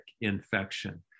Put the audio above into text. infection